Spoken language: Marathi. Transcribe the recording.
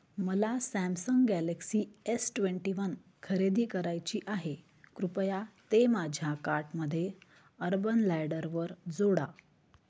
मला Samsung Galaxy S twenty one खरेदी करायची आहे कृपया ते माझ्या कार्टमध्ये अर्बन लॅडरवर जोडा